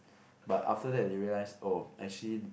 but after that they realise oh actually